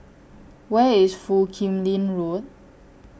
Where IS Foo Kim Lin Road